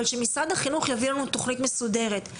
שמשרד החינוך יביא לנו תכנית מסודרת.